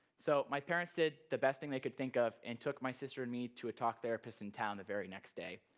so my parents did the best thing they could think of and took my sister and me to a talk therapist in town the very next day.